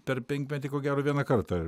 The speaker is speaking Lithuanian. per penkmetį ko gero vieną kartą